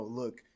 look